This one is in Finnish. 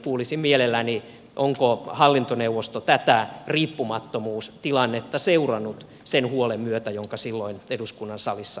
kuulisin mielelläni onko hallintoneuvosto tätä riippumattomuustilannetta seurannut sen huolen myötä jonka silloin eduskunnan salissa esille nostimme